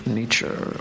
nature